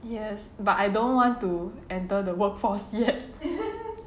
yes but I don't want to enter the workforce yet